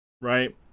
right